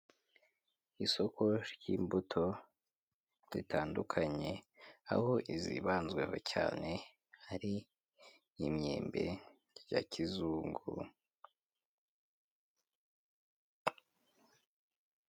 Isoko ry'imbuto zitandukanye, aho izibanzweho cyane ari imyembe ya kizungu.